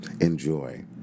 Enjoy